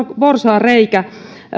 porsaanreikä